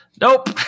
Nope